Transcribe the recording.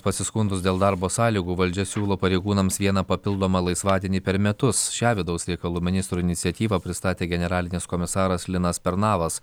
pasiskundus dėl darbo sąlygų valdžia siūlo pareigūnams vieną papildomą laisvadienį per metus šią vidaus reikalų ministro iniciatyvą pristatė generalinis komisaras linas pernavas